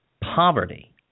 poverty